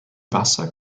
wasser